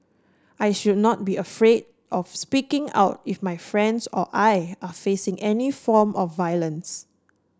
I should not be afraid of speaking out if my friends or I are facing any form of violence